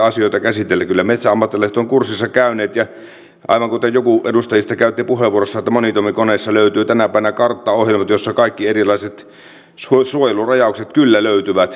kyllä metsäammattilaiset ovat kurssinsa käyneet ja aivan kuten joku edustajista sanoi puheenvuorossaan monitoimikoneista löytyy tänä päivänä karttaohjelmat joista kaikki erilaiset suojelurajaukset kyllä löytyvät